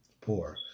Poor